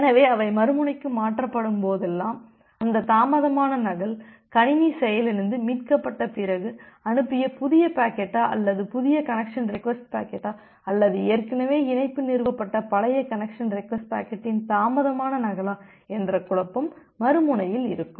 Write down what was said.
எனவே அவை மறுமுனைக்கு மாற்றப்பட்ட போதெல்லாம் அந்த தாமதமான நகல் கணினி செயலிழந்து மீட்கப்பட்ட பிறகு அனுப்பிய புதிய பாக்கெட்டா அல்லது புதிய கனெக்சன் ரெக்வஸ்ட் பாக்கெட்டா அல்லது ஏற்கனவே இணைப்பு நிறுவப்பட்ட பழைய கனெக்சன் ரெக்வஸ்ட் பாக்கெட்டின் தாமதமான நகலா என்ற குழப்பம் மறுமுனையில் இருக்கும்